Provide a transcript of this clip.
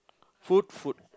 food food